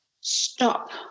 stop